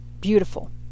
beautiful